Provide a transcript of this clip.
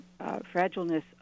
fragileness